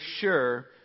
sure